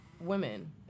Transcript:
women